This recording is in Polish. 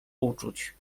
uczuć